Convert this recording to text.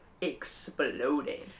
exploded